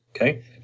okay